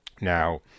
Now